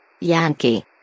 Yankee